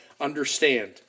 understand